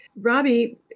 Robbie